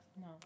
No